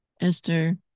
Esther